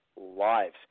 lives